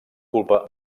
culpa